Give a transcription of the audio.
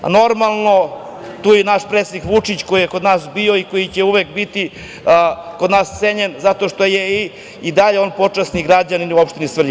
Normalno, tu je i naš predsednik Vučić, koji je kod nas bio i koji će uvek biti kod nas cenjen, zato što je i dalje on počasni građanin u opštini Svrljig.